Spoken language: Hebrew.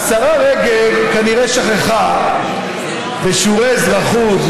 השרה רגב כנראה שכחה משיעורי אזרחות,